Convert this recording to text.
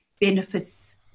benefits